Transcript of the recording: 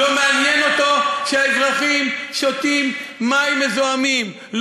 לא מעניין אותו שהאזרחים שותים מים מזוהמים,